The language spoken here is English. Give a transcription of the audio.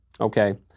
okay